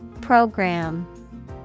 Program